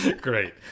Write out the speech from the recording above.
great